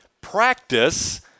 practice